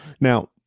Now